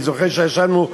אני זוכר שישבנו,